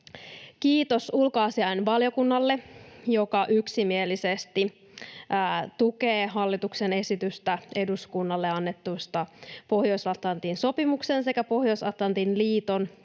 Kiitos ulkoasiainvaliokunnalle, joka yksimielisesti tukee hallituksen esitystä eduskunnalle Pohjois-Atlantin sopimuksen sekä Pohjois-Atlantin liiton,